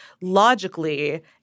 logically